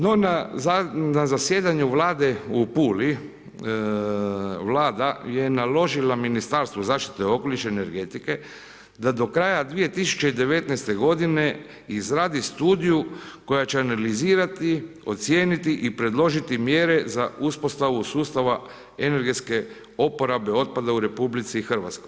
No na zasjedanju vlade u Puli, vlada je naložila Ministarstvu zaštite okoliše i energetike da do kraja 2019. g. izradi studiju, koja će analizirati, ocijeniti i predložiti mjere za uspostavu sustava energetske oporabe otpada u RH.